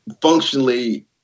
functionally